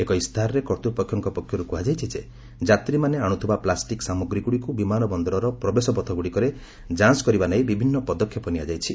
ଏକ ଇସ୍ତାହାରରେ କର୍ତ୍ତୃପକ୍ଷଙ୍କ ପକ୍ଷରୁ କୁହାଯାଇଛି ଯେ ଯାତ୍ରୀମାନେ ଆଣୁଥିବା ପ୍ଲାଷ୍ଟିକ୍ ସାମଗ୍ରୀଗୁଡ଼ିକୁ ବିମାନ ବନ୍ଦରର ପ୍ରବେଶପଥଗୁଡ଼ିକରେ ଯାଞ୍ କରିବା ନେଇ ବିଭିନ୍ନ ପଦକ୍ଷେପ ନିଆଯାଇଛି